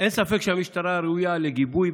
אין ספק שהמשטרה ראויה לגיבוי.